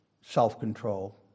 self-control